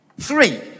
Three